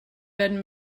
been